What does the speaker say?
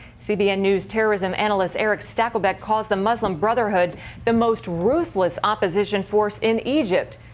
cbn news terrorism analyst erick stakelbeck calls the muslim brotherhood the most ruthless opposition force in egypt.